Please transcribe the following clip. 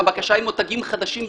הבקשה היא מותגים חדשים בלבד,